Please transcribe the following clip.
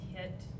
hit